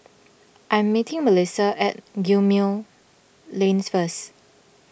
I am meeting Melissia at Gemmill Lane first